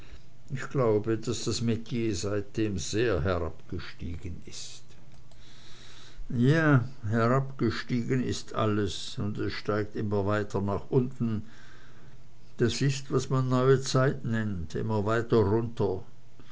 ich glaube daß das metier seitdem sehr herabgestiegen ist ja herabgestiegen ist alles und es steigt immer weiter nach unten das ist was man neue zeit nennt immer weiter runter